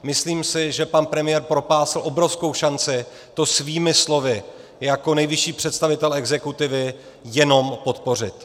Myslím si, že pan premiér propásl obrovskou šanci to svými slovy jako nejvyšší představitel exekutivy jenom podpořit.